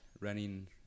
running